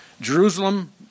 Jerusalem